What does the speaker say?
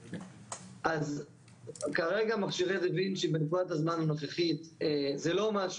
אז כרגע מכשירי דה וינצ'י בעקבות הזמן הנוכחי זה לא משהו